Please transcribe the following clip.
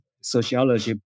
sociology